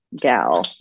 gal